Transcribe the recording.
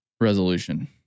resolution